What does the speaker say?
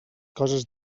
coses